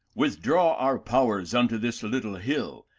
with draw our powers unto this little hill,